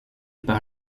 par